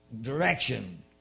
direction